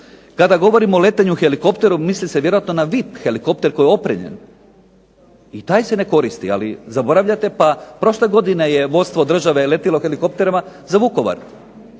Kada govorimo o letenju helikopterom misli se vjerojatno na VIP helikopter koji je opremljen i taj se ne koristi. Ali zaboravljate, pa prošle godine je vodstvo države letjelo helikopterima za Vukovar,